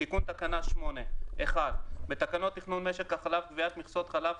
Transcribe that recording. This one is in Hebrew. תיקון תקנה 8 בתקנות תכנון משק החלב (קביעת מכסות חלב),